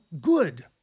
good